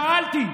שאלתי.